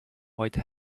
white